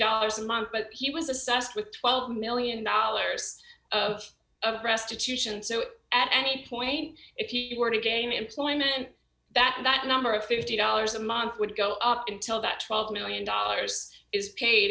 dollars a month but he was assessed with twelve million dollars of restitution so at any point if he were to game employment that number of fifty dollars a month would go up until that twelve million dollars is paid